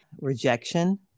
rejection